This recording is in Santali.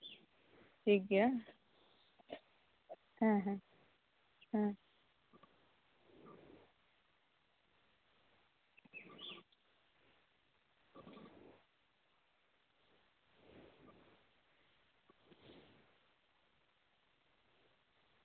ᱴᱷᱤᱠᱜᱮᱭᱟ ᱦᱮᱸ ᱦᱮᱸ ᱦᱮᱸ